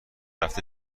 هفته